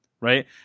right